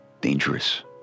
dangerous